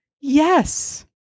Yes